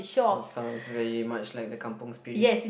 that sounds very much like the kampung Spirit